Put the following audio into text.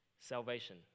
salvation